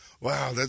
Wow